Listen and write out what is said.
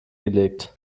gelegt